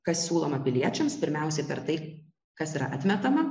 kas siūloma piliečiams pirmiausia per tai kas yra atmetama